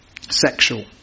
sexual